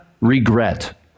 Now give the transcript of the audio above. regret